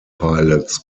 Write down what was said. pilots